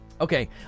okay